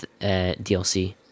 DLC